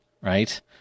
right